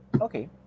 Okay